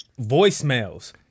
voicemails